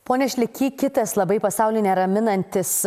pone šleky kitas labai pasaulį neraminantis